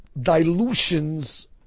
dilutions